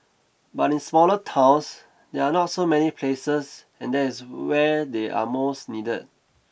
but in smaller towns there are not so many places and there is where they are most needed